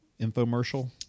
infomercial